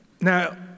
Now